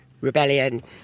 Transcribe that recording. rebellion